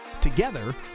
together